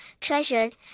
treasured